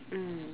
mm